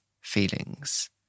feelings